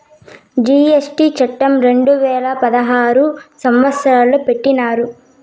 GST చట్టం రెండు వేల పదహారు సంవత్సరంలో పెట్టినారు